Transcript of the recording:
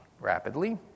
rapidly